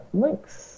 links